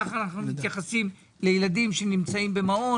ככה אנחנו מתייחסים לילדים שנמצאים במעון.